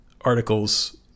articles